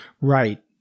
Right